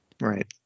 Right